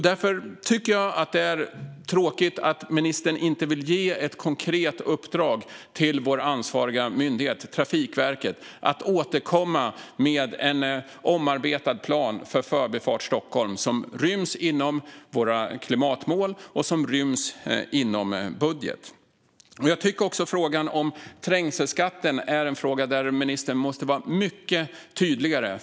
Därför tycker jag att det är tråkigt att ministern inte vill ge ett konkret uppdrag till vår ansvariga myndighet, Trafikverket, att återkomma med en omarbetad plan för Förbifart Stockholm som ryms inom våra klimatmål och inom budget. Jag tycker att också frågan om trängselskatten är en fråga där ministern måste vara mycket tydligare.